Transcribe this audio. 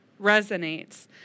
resonates